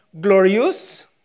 glorious